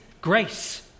grace